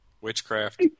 witchcraft